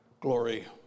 glory